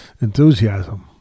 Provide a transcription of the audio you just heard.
Enthusiasm